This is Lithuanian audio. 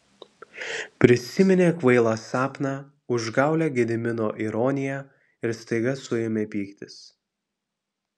prisiminė kvailą sapną užgaulią gedimino ironiją ir staiga suėmė pyktis